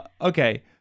okay